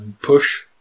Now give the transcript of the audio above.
push